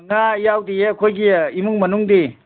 ꯉꯥ ꯌꯥꯎꯗꯤꯌꯦ ꯑꯩꯈꯣꯏꯒꯤ ꯏꯃꯨꯡ ꯃꯅꯨꯡꯗꯤ